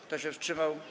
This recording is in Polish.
Kto się wstrzymał?